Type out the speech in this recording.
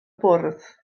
bwrdd